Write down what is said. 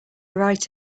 write